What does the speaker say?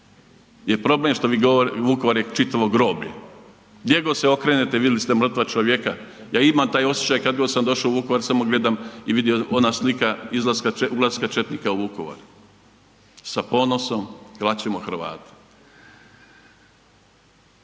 je problem što vi, Vukovar je čitavo groblje. Gdje god se okrenete vidli ste mrtva čovjeka, ja imam taj osjećaj kad god sam došao u Vukovar samo gledam i vidio, ona slika izlaska, ulaska četnika u Vukovar sa ponosom klat ćemo Hrvate.